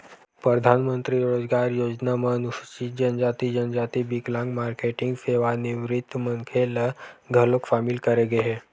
परधानमंतरी रोजगार योजना म अनुसूचित जनजाति, जनजाति, बिकलांग, मारकेटिंग, सेवानिवृत्त मनखे ल घलोक सामिल करे गे हे